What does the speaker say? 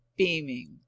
Beaming